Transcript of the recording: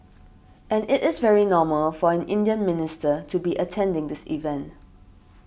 and it is very normal for an Indian minister to be attending this event